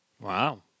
Wow